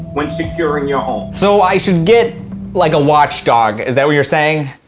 when securing your home. so, i should get like a watchdog? is that what you're saying?